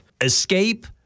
Escape